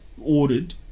ordered